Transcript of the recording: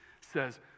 says